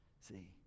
See